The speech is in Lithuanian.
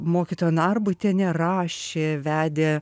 mokytoja narbutienė rašė vedė